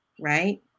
Right